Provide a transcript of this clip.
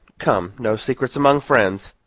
come no secrets among friends.